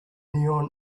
neon